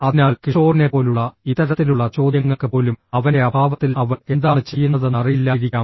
അതിനാൽ കിഷോറിനെപ്പോലുള്ള ഇത്തരത്തിലുള്ള ചോദ്യങ്ങൾക്ക് പോലും അവൻറെ അഭാവത്തിൽ അവൾ എന്താണ് ചെയ്യുന്നതെന്ന് അറിയില്ലായിരിക്കാം